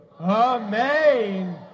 Amen